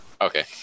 okay